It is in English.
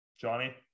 Johnny